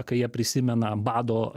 kai jie prisimena bado